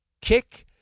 kick